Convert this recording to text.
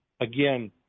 again